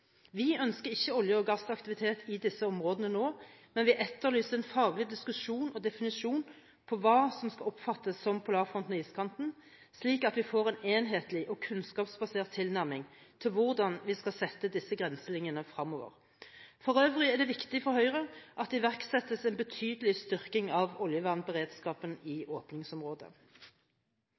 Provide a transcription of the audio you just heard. Vi ønsker ikke olje- og gassaktivitet i disse områdene nå, men vi etterlyser en faglig diskusjon om og definisjon av hva som skal oppfattes som polarfronten og iskanten, slik at vi får en enhetlig og kunnskapsbasert tilnærming til hvordan vi skal sette disse grenselinjene fremover. For øvrig er det viktig for Høyre at det iverksettes en betydelig styrking av oljevernberedskapen i åpningsområdet.